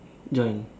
join